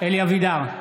אלי אבידר,